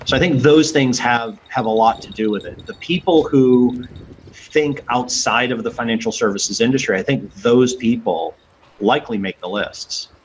so i think those things have have a lot to do with it. the people who think outside of the financial services industry, i think those people likely make the lists.